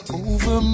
over